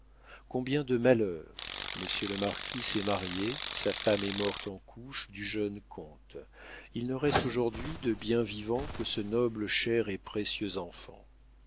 combien de malheurs monsieur le marquis s'est marié sa femme est morte en couches du jeune comte il ne reste aujourd'hui de bien vivant que ce noble cher et précieux enfant